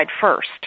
first